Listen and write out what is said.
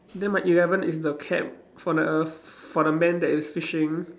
then my eleven is the cap for the for the man that is fishing